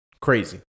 crazy